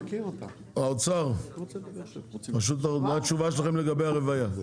האוצר, מה התשובה שלכם לגבי הרבייה?